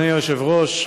אדוני היושב-ראש,